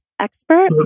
Expert